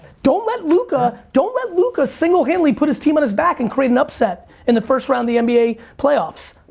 don't let luka, don't let luka singlehandedly put his team on his back and create an upset in the first round of the nba playoffs.